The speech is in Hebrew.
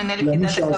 מנהל יחידה למחלות כבד,